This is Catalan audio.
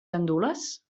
gandules